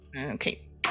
Okay